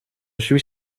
suis